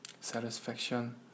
satisfaction